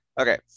Okay